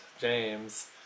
James